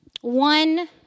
One